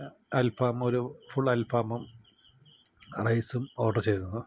അൽഫാമും ഒരു ഫുൾ അൽഫാമും റൈസും ഓർഡർ ചെയ്തിരുന്നു